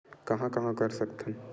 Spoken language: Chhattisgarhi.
कहां कहां कर सकथन?